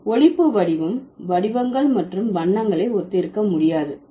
ஒலிப்பு வடிவம் வடிவங்கள் மற்றும் வண்ணங்களை ஒத்திருக்க முடியாது